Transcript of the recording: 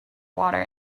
water